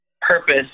purpose